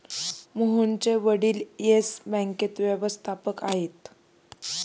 मोहनचे वडील येस बँकेत व्यवस्थापक आहेत